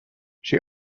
she